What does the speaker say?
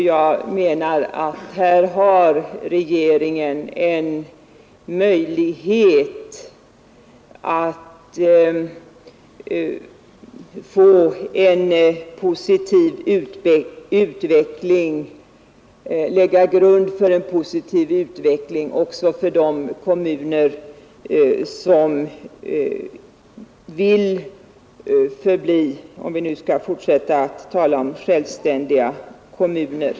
Jag menar att här har regeringen en chans att lägga grunden till en positiv utveckling också för de kommuner som vill förbli självständiga kommuner.